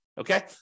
okay